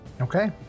Okay